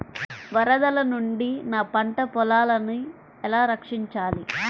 వరదల నుండి నా పంట పొలాలని ఎలా రక్షించాలి?